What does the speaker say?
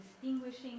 distinguishing